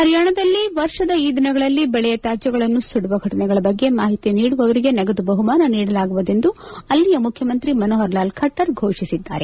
ಪರಿಯಾಣದಲ್ಲಿ ವರ್ಷದ ಈ ದಿನಗಳಲ್ಲಿ ಬೆಳೆ ತ್ಯಾಜ್ಯಗಳನ್ನು ಸುಡುವ ಘಟನೆಗಳ ಬಗ್ಗೆ ಮಾಹಿತಿ ನೀಡುವವರಿಗೆ ನಗದು ಬಹುಮಾನ ನೀಡಲಾಗುವುದು ಎಂದು ಅಲ್ಲಿಯ ಮುಖ್ನಮಂತ್ರಿ ಮನೋಹರ್ ಲಾಲ್ ಖಟ್ಟರ್ ಫೋಷಿಸಿದ್ದಾರೆ